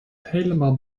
helemaal